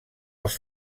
els